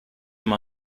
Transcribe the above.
him